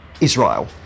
Israel